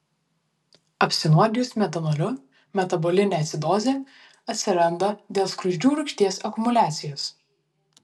apsinuodijus metanoliu metabolinė acidozė atsiranda dėl skruzdžių rūgšties akumuliacijos